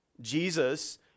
Jesus